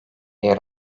yer